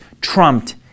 trumped